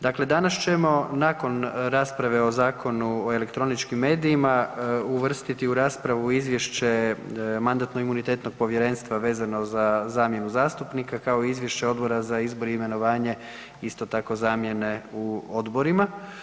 Dakle, danas ćemo nakon rasprave o Zakonu o elektroničkim medijima, uvrstiti u raspravu Izvješće mandatno-imunitetnog povjerenstva vezano za zamjenu zastupnika kao i Izvješće Odbora za izbor i imenovanje, isto tako zamjene u odborima.